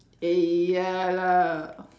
eh ya lah